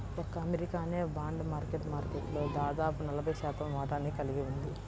ఒక్క అమెరికానే bond market మార్కెట్లో దాదాపు నలభై శాతం వాటాని కలిగి ఉంది